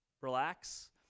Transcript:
relax